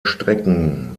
strecken